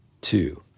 two